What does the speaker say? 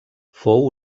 fou